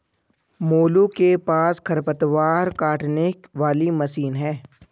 मोलू के पास खरपतवार काटने वाली मशीन है